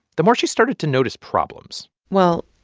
the more she started to notice problems well,